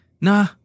nah